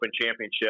Championship